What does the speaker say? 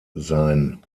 sein